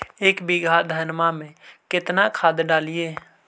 एक बीघा धन्मा में केतना खाद डालिए?